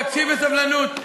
תקשיב בסבלנות.